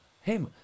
Hey